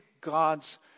God's